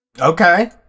Okay